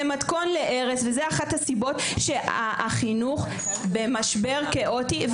זה מתכון להרס וזאת אחת הסיבות שהחינוך במשבר כאוטי.